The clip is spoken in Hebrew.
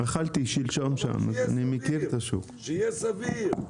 אבל שיהיה סביר, שיהיה סביר.